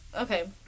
Okay